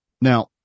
Now